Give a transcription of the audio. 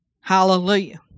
Hallelujah